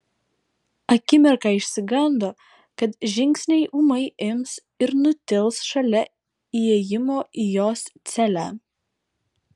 akimirką išsigando kad žingsniai ūmai ims ir nutils šalia įėjimo į jos celę